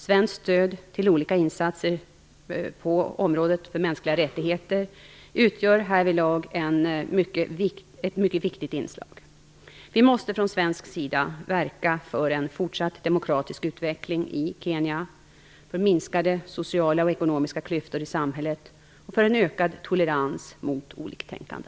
Svenskt stöd till olika insatser på området för mänskliga rättigheter utgör härvidlag ett mycket viktigt inslag. Vi måste från svensk sida verka för en fortsatt demokratisk utveckling i Kenya, för minskade sociala och ekonomiska klyftor i samhället och för en ökad tolerans mot oliktänkande.